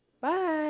Bye